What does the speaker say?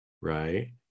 right